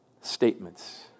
statements